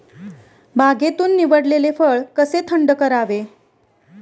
बागेतून निवडलेले फळ कसे थंड करावे?